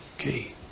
okay